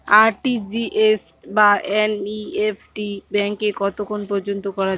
RTGS বা NEFT ব্যাংকে কতক্ষণ পর্যন্ত করা যায়?